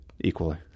equally